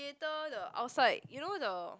later the outside you know the